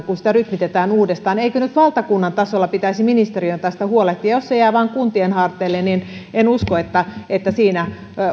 kun sitä rytmitetään uudestaan eikö nyt valtakunnan tasolla pitäisi ministeriön tästä huolehtia jos se jää vain kuntien harteille niin en usko että että siinä